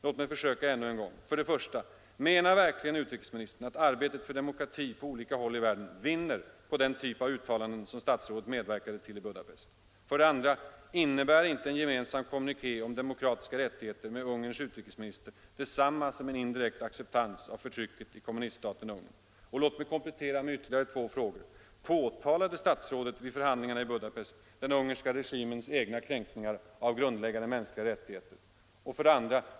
Låt mig försöka ännu en gång: För det första: Menar verkligen utrikesministern att arbetet för demokrati på olika håll i världen vinner på den typ av uttalanden som statsrådet medverkade till i Budapest? För det andra: Innebär inte en gemensam kommuniké om demokratiska rättigheter med Ungerns utrikesminister detsamma som en indirekt acceptans av förtrycket i kommuniststaten Ungern? Låt mig komplettera med ytterligare två frågor: Påtalade statsrådet vid förhandlingarna i Budapest den ungerska regimens egna kränkningar av grundläggande mänskliga rättigheter?